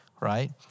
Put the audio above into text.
Right